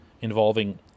involving